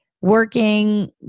working